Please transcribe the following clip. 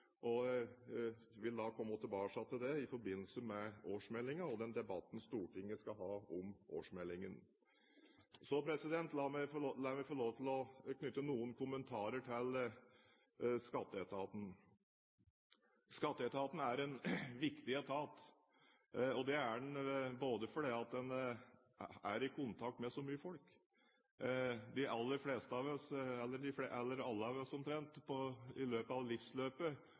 vil da komme tilbake til det i forbindelse med årsmeldingen og den debatten Stortinget skal ha om årsmeldingen. La meg få lov til å knytte noen kommentarer til skatteetaten. Skatteetaten er en viktig etat. Det er den fordi den er i kontakt med så mye folk. De aller fleste av oss